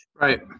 right